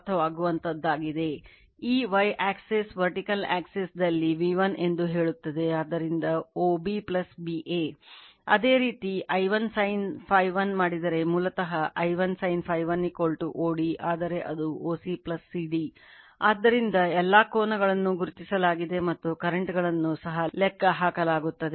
ಅದೇ ರೀತಿ I1 SIN Φ1 ಮಾಡಿದರೆ ಮೂಲತಃ I1 sin Φ1 OD ಆದರೆ ಅದು OC CD ಆದ್ದರಿಂದ ಎಲ್ಲಾ ಕೋನಗಳನ್ನು ಗುರುತಿಸಲಾಗಿದೆ ಮತ್ತು current ಗಳನ್ನು ಸಹ ಲೆಕ್ಕಹಾಕಲಾಗುತ್ತದೆ